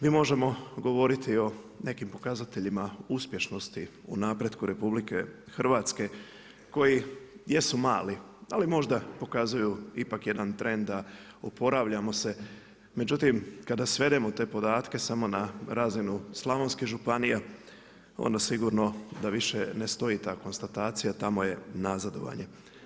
Mi možemo govoriti o nekim pokazateljima uspješnosti u napretku RH, koji jesu mali, ali možda pokazuju ipak jedan trend, oporavljamo se, međutim kada svedemo te podatke, samo na razinu slavonskih županije, onda sigurno da više ne stoji ta konstatacija, tamo je nazadovanje.